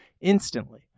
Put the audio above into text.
instantly